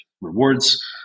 rewards